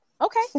Okay